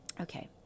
Okay